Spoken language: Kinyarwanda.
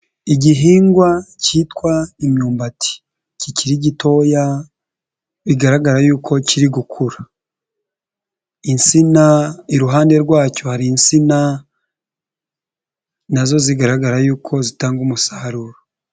Igihingwa kitwa imyumbati kikiri gitoya bigaragara yuko kiri gukura, insina iruhande rwacyo hari insina na zo zigaragara yuko zitanga umusaruro.